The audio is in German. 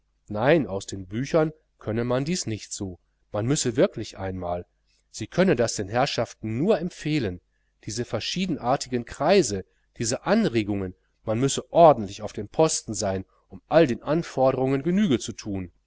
nein aus den büchern könne man dies nicht so man müsse wirklich einmal sie könne das den herrschaften nur empfehlen diese verschiedenartigen kreise diese anregungen man müsse ordentlich auf dem posten sein um all den anforderungen genüge zu tun